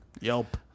Yelp